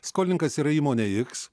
skolininkas yra įmonė x